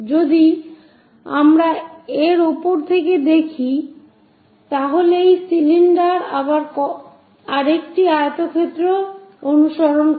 যদি আমরা এর উপর থেকে দেখি তাহলে এই সিলিন্ডার আবার আরেকটি আয়তক্ষেত্র অনুসরণ করে